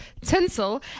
tinsel